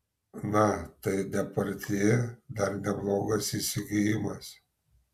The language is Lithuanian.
na tai depardjė dar neblogas įsigijimas